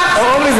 אורלי,